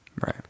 right